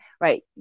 right